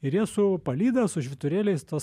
ir jie su palyda su švyturėliais tuos